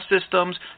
systems